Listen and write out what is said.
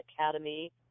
Academy